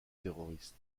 terroriste